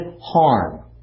harm